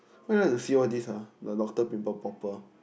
why you want to see all this ah the doctor people popper